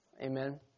Amen